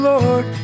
Lord